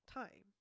time